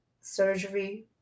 Surgery